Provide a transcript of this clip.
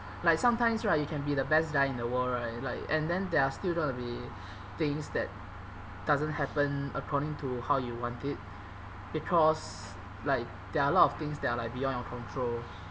like sometimes right you can be the best guy in the world right like and then there are still gonna be things that doesn't happen according to how you want it because like there are a lot of things that are like beyond our control